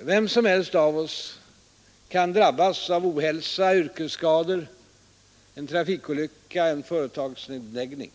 Vem som helst av oss kan drabbas av ohälsa, yrkesskada, en trafikolycka, en företagsnedläggning.